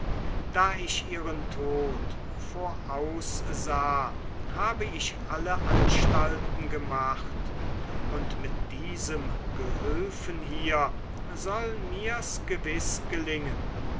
da ich ihren tod voraussah habe ich alle anstalten gemacht und mit diesem gehülfen hier soll mir's gelingen